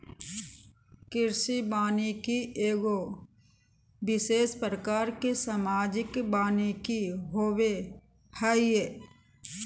कृषि वानिकी एगो विशेष प्रकार के सामाजिक वानिकी होबो हइ